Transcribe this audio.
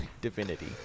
Divinity